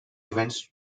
events